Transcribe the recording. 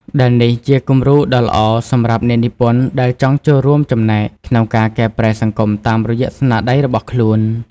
ដែលនេះជាគំរូដ៏ល្អសម្រាប់អ្នកនិពន្ធដែលចង់ចូលរួមចំណែកក្នុងការកែប្រែសង្គមតាមរយៈស្នាដៃរបស់ខ្លួន។